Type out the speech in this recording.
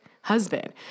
husband